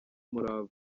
umurava